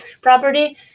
property